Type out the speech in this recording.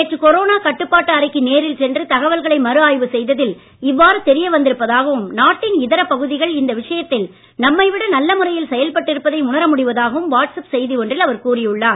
நேற்று கொரோனா கட்டுப்பாட்டு அறைக்கு நேரில் சென்று தகவல்களை மறுஆய்வு செய்ததில் இவ்வாறு தெரிய வந்திருப்பதாகவும் நாட்டின் இதர பகுதிகள் இந்த விஷயத்தில் நம்மை விட நல்ல முறையில் செயல்பட்டிருப்பதை உணர முடிவதாகவும் வாட்ஸ் ஆப் செய்தி ஒன்றில் அவர் கூறியுள்ளார்